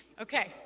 Okay